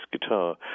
guitar